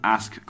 Ask